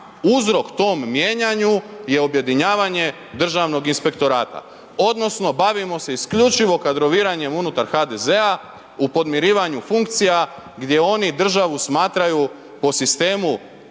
uzrok tom mijenjanju je objedinjavanje državnog inspektorata odnosno bavimo se isključivo kadroviranjem unutar HDZ-a u podmirivanju funkcija gdje oni državu smatraju po sistemu